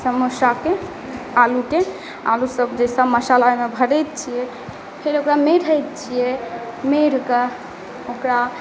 समोसाके आलुके आलु सब जे मशाला ओहिमे भरै छियै फेर ओकरामे रैह छियै मैरह क ओकरा